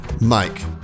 Mike